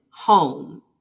home